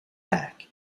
back